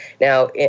Now